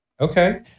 Okay